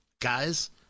guys